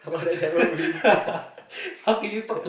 and then never win